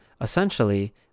essentially